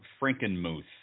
Frankenmuth